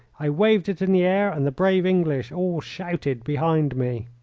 i waved it in the air, and the brave english all shouted behind me.